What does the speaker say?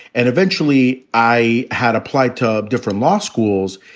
and eventually i had applied to a different law schools,